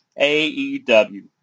AEW